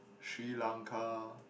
Sri Lanka